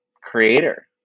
creator